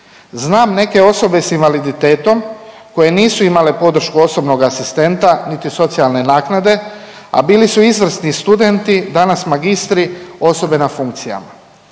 Znam neke osobe s invaliditetom koje nisu imale podršku osobnog asistenta, niti socijalne naknade, a bili su izvrsni studenti, danas magistri, osobe na funkcijama.